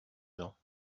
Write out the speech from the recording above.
gens